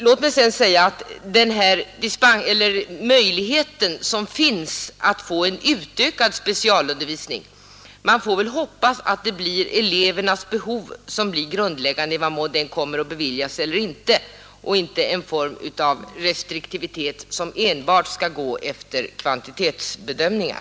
Låt mig sedan säga om den möjlighet som finns att få en utökad specialundervisning att man får hoppas att det blir elevernas behov som blir grundläggande för i vad mån den kommer att beviljas eller inte. Det får inte bli en form av restriktivitet som enbart skall gå efter kvantitetsbedömningar.